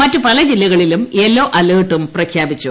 മറ്റ് പല ജില്ലകളിലും യെല്ലോ അലർട്ടും പ്രഖ്യാപിച്ചു